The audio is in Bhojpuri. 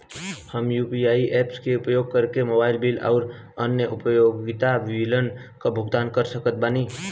हम यू.पी.आई ऐप्स के उपयोग करके मोबाइल बिल आउर अन्य उपयोगिता बिलन के भुगतान कर सकत बानी